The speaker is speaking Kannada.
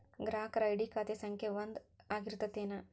ಗ್ರಾಹಕರ ಐ.ಡಿ ಖಾತೆ ಸಂಖ್ಯೆ ಒಂದ ಆಗಿರ್ತತಿ ಏನ